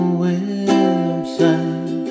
website